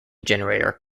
generator